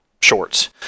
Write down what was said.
shorts